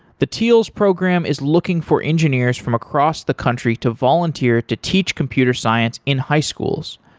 the teals program is looking for engineers from across the country to volunteer to teach computer science in high schools.